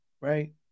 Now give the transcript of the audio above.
right